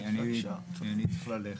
אני צריך ללכת.